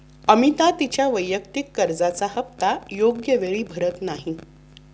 अमिता तिच्या वैयक्तिक कर्जाचा हप्ता योग्य वेळी भरत नाही